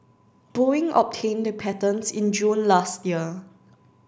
Boeing obtained the patents in June last year